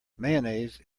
mayonnaise